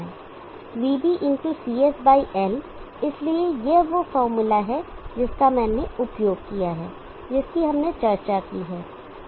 VB × CS L इसलिए यह वह फार्मूला है जिसका मैंने उपयोग किया है जिसकी हमने चर्चा की है